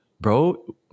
Bro